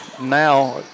now